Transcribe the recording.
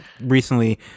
recently